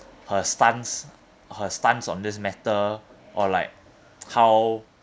her stance her stance on this matter or like how